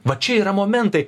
va čia yra momentai